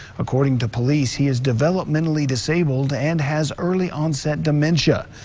according to police he is developmentally disabled and has early onset dementia.